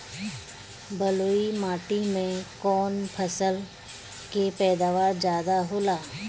बालुई माटी में कौन फसल के पैदावार ज्यादा होला?